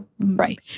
Right